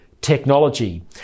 technology